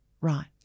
Right